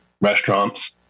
restaurants